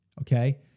okay